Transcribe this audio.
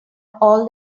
all